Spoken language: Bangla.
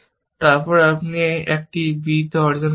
তারপর আপনি একটি b অর্জন করবেন